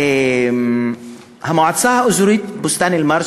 המועצה האזורית בוסתאן-אלמרג',